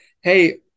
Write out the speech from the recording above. hey